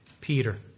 Peter